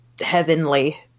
heavenly